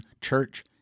Church